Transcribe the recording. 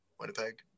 Winnipeg